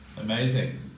Amazing